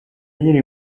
nyine